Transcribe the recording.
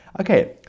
Okay